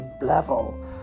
level